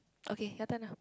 okay your turn now